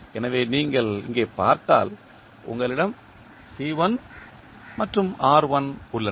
எனவே நீங்கள் இங்கே பார்த்தால் உங்களிடம் C1 மற்றும் R1 உள்ளன